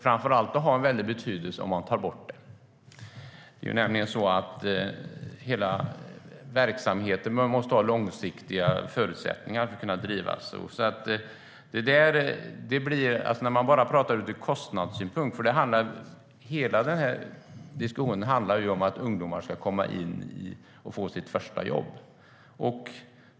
Framför allt kommer det att ha stor betydelse om man tar bort detta. Verksamheter behöver långsiktiga förutsättningar för att kunna drivas. Man kan inte tala om detta bara från kostnadssynpunkt. Hela denna diskussion handlar om att ungdomar ska få sitt första jobb.